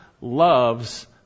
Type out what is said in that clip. loves